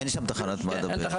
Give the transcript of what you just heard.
אין שם תחנת מד"א.